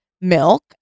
Milk